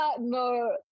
no